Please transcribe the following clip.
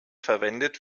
verwendet